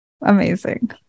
Amazing